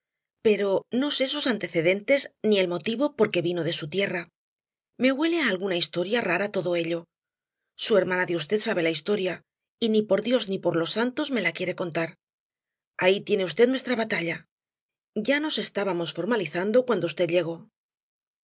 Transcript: pero no sé sus antecedentes ni el motivo por qué se vino de su tierra me huele á alguna historia rara todo ello su hermana de v sabe la historia y ni por dios ni por los santos me la quiere contar ahí tiene v nuestra batalla ya nos estábamos formalizando cuando v llegó